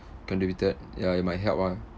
contributed ya it might help ah